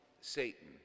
Satan